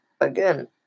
again